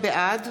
בעד